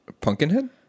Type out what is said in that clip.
Pumpkinhead